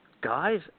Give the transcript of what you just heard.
Guys